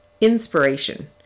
inspiration